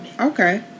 Okay